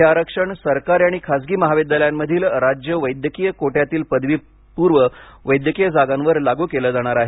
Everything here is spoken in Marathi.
हे आरक्षण सरकारी आणि खासगी महाविद्यालयांमधील राज्य वैद्यकीय कोट्यातील पदवीपूर्व वैद्यकीय जागांवर लागू केले जाणार आहे